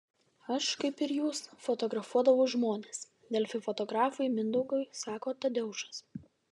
aš kaip ir jūs fotografuodavau žmones delfi fotografui mindaugui sako tadeušas